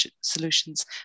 solutions